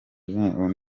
vincent